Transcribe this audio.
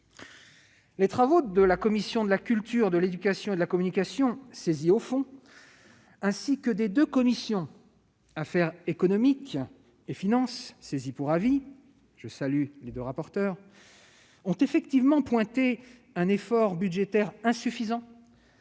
Les travaux de la commission de la culture, de l'éducation et de la communication, saisie au fond, ainsi que des deux commissions, celles des affaires économiques et des finances, saisies pour avis, ont effectivement pointé un effort budgétaire insuffisant